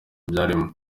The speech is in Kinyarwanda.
byarimo